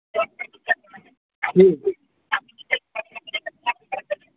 ठीक